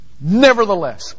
Nevertheless